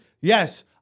Yes